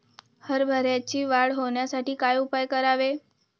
हरभऱ्याची वाढ होण्यासाठी काय उपाय करावे?